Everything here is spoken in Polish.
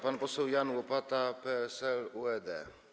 Pan poseł Jan Łopata, PSL-UED.